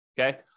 okay